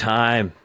time